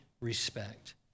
respect